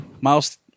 Miles